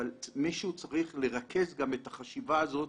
אבל מישהו צריך לרכז את החשיבה הזאת